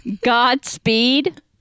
Godspeed